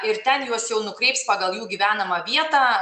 ir ten juos jau nukreips pagal jų gyvenamą vietą